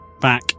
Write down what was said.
back